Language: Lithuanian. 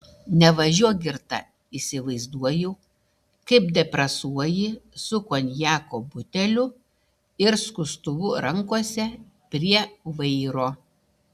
nevažiuok girta įsivaizduoju kaip depresuoji su konjako buteliu ir skustuvu rankose prie vairo